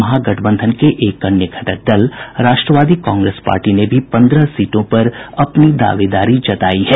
महागठबंधन के एक अन्य घटक दल राष्ट्रवादी कांग्रेस पार्टी ने भी पन्द्रह सीटों पर अपनी दावेदारी जतायी है